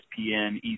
ESPN